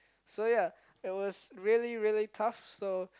so ya it was really really tough so